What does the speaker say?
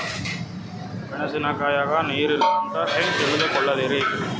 ಮೆಣಸಿನಕಾಯಗ ನೀರ್ ಇಲ್ಲ ಅಂತ ಹೆಂಗ್ ತಿಳಕೋಳದರಿ?